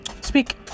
speak